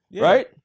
Right